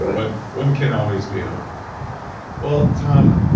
and but one can always be hopeful well, tom,